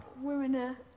Women